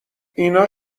اینا